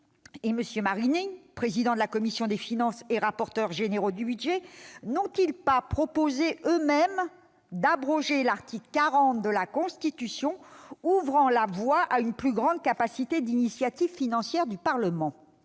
deux anciens présidents de la commission des finances et anciens rapporteurs généraux du budget, n'ont-ils pas proposé eux-mêmes d'abroger l'article 40 de la Constitution, ouvrant la voie à une plus grande capacité d'initiative financière du Parlement ?